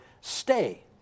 stay